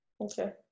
Okay